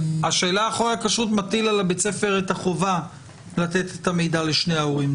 חוק הכשרות מטיל על בית הספר את החובה לתת את המידע לשני ההורים,